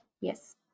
Yes